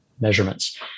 measurements